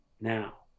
now